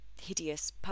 hideous